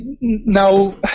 now